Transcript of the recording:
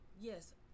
yes